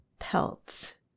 Pelt